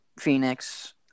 Phoenix